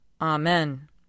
Amen